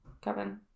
Kevin